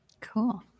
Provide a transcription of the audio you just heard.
Cool